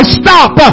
stop